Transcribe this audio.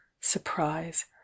surprise